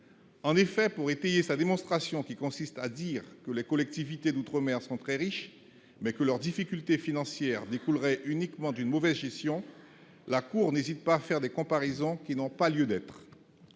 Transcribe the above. En effet, pour étayer sa démonstration, qui consiste à dire que les collectivités d'outre-mer sont très riches, mais que leurs difficultés financières découleraient uniquement d'une mauvaise gestion, la cour n'hésite pas à faire des comparaisons qui n'ont pas lieu d'être,